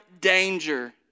danger